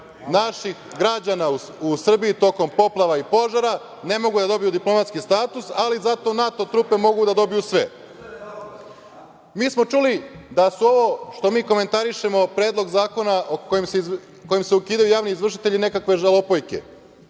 naših građana u Srbiji, tokom poplava i požara, ne mogu da dobiju diplomatski status, ali zato NATO trupe mogu da dobiju sve. Čuli smo da su ovo, što komentarišemo, predlog zakona kojim se ukidaju javni izvršitelji, nekakve žalopojke